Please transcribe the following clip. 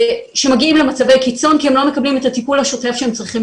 שמגיעים למצבי קיצון כי הם לא מקבלים את הטיפול השוטף שהם צריכים